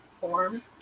form